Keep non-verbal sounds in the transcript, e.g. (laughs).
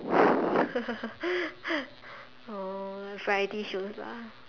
(laughs) oh variety shows lah